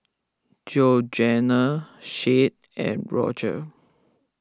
Georganna Shade and Rodger